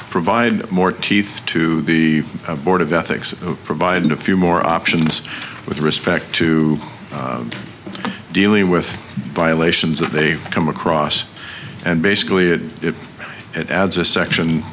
provide more teeth to the board of ethics providing a few more options with respect to dealing with violations of they come across and basically it if it adds a section